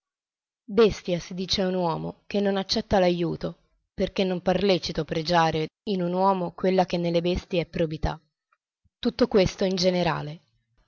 bestia si dice a un uomo che non accetta l'ajuto perché non par lecito pregiare in un uomo quella che nelle bestie è probità tutto questo in generale